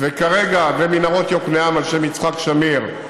וכרגע מנהרות יוקנעם על שם יצחק שמיר,